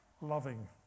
loving